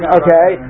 okay